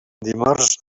dimarts